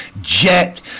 Jet